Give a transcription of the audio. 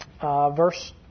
Verse